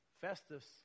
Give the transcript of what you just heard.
Festus